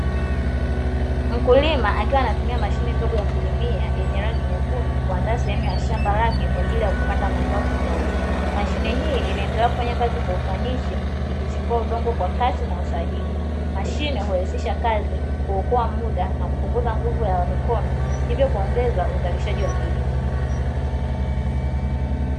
Mkulima akiwa anatumia mashine ndogo ya kulimia yenye rangi nyekundu kuandaa sehemu ya shamba lake kwa ajili ya kupanda mazao tofauti, mashine hii inaendelea kufanya kazi kwa ufanisi ikichimbua udongo kwa kasi na usahihi. Mashine hurahisisha kazi, huokoa muda na kupunguza nguvu ya mikono ,hivyo kuongeza uzalishaji wa kilimo.